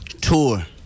tour